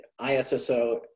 ISSO